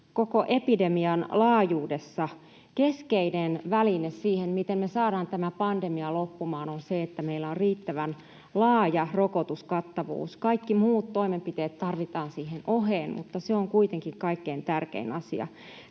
koko epidemian laajuudessa. Keskeinen väline siihen, miten me saadaan tämä pandemia loppumaan, on se, että meillä on riittävän laaja rokotuskattavuus. Kaikki muut toimenpiteet tarvitaan siihen oheen, mutta se on kuitenkin kaikkein tärkein asia.